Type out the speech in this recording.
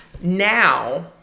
now